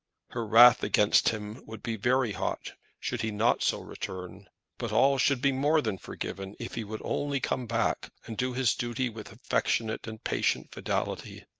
her wrath against him would be very hot should he not so return but all should be more than forgiven if he would only come back, and do his duty with affectionate and patient fidelity.